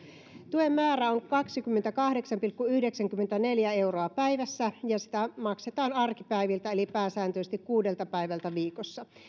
tuen määrä on kaksikymmentäkahdeksan pilkku yhdeksänkymmentäneljä euroa päivässä ja sitä maksetaan arkipäiviltä eli pääsääntöisesti kuudelta päivältä viikossa